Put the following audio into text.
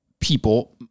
people